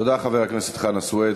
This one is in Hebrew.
תודה, חבר הכנסת חנא סוייד.